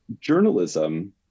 journalism